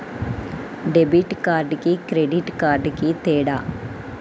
Debit కార్డుకి credit కార్డుకి తేడా?